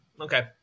Okay